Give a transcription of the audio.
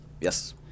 Yes